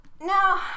now